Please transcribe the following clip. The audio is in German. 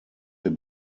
wir